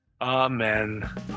Amen